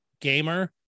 gamer